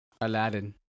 Aladdin